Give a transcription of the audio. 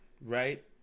right